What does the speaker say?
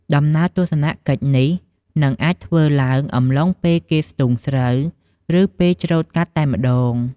ដំណើរទស្សនកិច្ចនេះអាចនឹងធ្វើឡើងអំឡុងពេលគេស្ទូងស្រូវ ឬ ពេលច្រូតកាត់តែម្ដង។